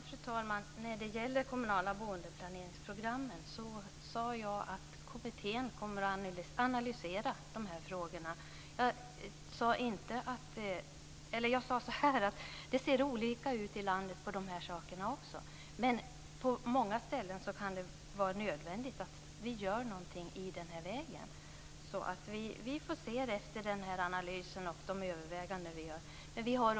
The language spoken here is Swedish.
Fru talman! När det gäller de kommunala boendeplaneringsprogrammen sade jag att kommittén kommer att analysera dessa frågor. Jag sade att det ser olika ut i landet också i de här avseendena men att det på många ställen kan vara nödvändigt att göra någonting i den här vägen. Det får vi se efter denna analys och de överväganden som vi gör.